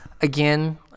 Again